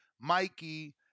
Mikey